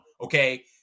okay